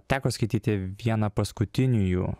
teko skaityti vieną paskutiniųjų